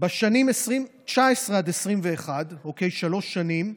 בשנים 20192021 , שלוש שנים,